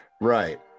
right